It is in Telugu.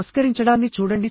నమస్కరించడాన్ని చూడండి